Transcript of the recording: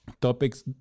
topics